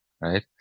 right